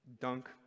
dunk